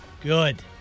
Good